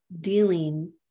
dealing